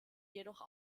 jedoch